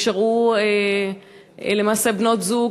למעשה בנות-זוג,